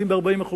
לעתים ב-40%,